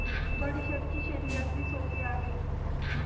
बडीशेपची शेती अगदी सोपी आहे